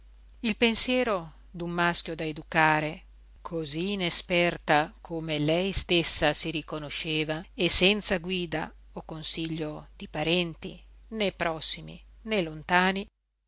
il pensiero d'un maschio da educare cosí inesperta come lei stessa si riconosceva e senza guida o consiglio di parenti né prossimi né lontani